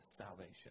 salvation